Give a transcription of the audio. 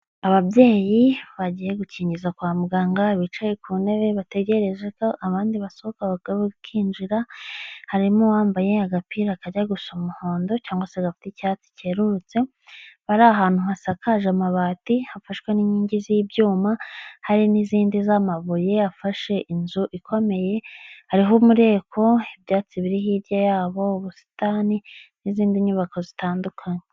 Ababyeyi bagiye gukingiza kwa muganga bicaye ku ntebe, bategereje ko abandi basohoka bakinjira, harimo uwambaye agapira kajya gusa umuhondo, cyangwag se gafite icyatsi cyerurutse, bari ahantu hasakaje amabati hafashweho n'inkingi z'ibyuma, hari n'izindi z'amabuye yafashe inzu ikomeye, hariho umureko, ibyatsi biri hirya yabo, ubusitani n'izindi nyubako zitandukanye.